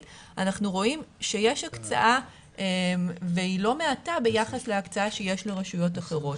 אנחנו רואים שיש הקצאה והיא לא מעטה ביחס להקצאה שיש לרשויות אחרות,